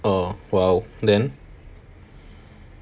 oh !wow! then